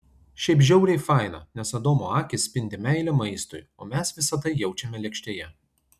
šiaip žiauriai faina nes adomo akys spindi meile maistui o mes visa tai jaučiame lėkštėje